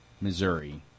Missouri